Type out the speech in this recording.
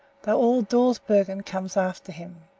though all dawsbergen comes after him.